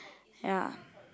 ya